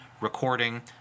recording